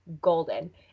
golden